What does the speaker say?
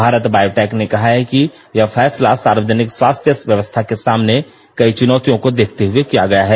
Bharat Biotech ने कहा है कि यह फैसला सार्वजनिक स्वास्थ्यव्यवस्था के सामने कई चुनौतियों को देखते हुए किया गया है